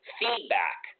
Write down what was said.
feedback